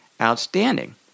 outstanding